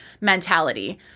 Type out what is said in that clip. mentality